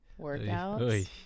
workouts